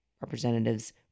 Representatives